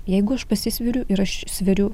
jeigu aš pasisveriu ir aš sveriu